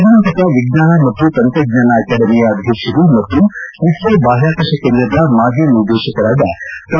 ಕರ್ನಾಟಕ ವಿಜ್ಞಾನ ಮತ್ತು ತಂತ್ರಜ್ಞಾನ ಅಕಾಡೆಮಿಯ ಅಧ್ಯಕ್ಷರು ಮತ್ತು ಇಸ್ತೋ ಬಾಹ್ಕಾಕಾಶ ಕೇಂದ್ರದ ಮಾಜಿ ನಿರ್ದೇಶಕರಾದ ಡಾ